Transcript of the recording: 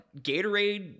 Gatorade